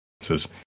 says